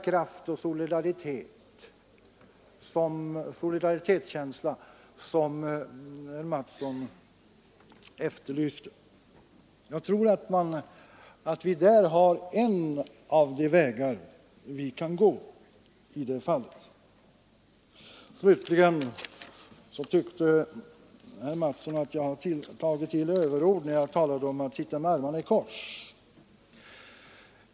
Om vi gör det, så frigör vi den ideella kraft och solidaritetskänsla som herr Mattsson efterlyste. Där tror jag vi har en av de vägar vi kan gå. Slutligen tyckte herr Mattsson att jag tog till överord när jag talade om att sitta med armarna i kors.